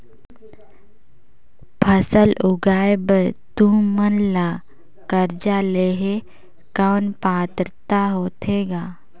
फसल उगाय बर तू मन ला कर्जा लेहे कौन पात्रता होथे ग?